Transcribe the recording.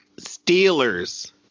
Steelers